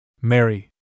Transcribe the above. Mary